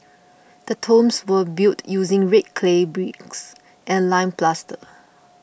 the tombs were built using red clay bricks and lime plaster